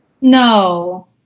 No